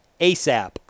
ASAP